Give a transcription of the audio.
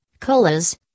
Colas